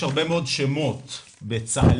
יש הרבה מאוד שמות בצה"לית